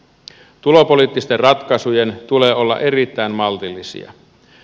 tulopoliittisten ratkaisujen tulee olla erittäin maltillisia